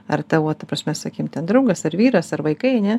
ar tavo ta prasme sakim ten draugas ar vyras ar vaikai ane